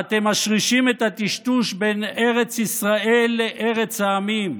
ואתם משרישים את הטשטוש בין ארץ ישראל לארץ העמים.